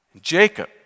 Jacob